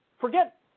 forget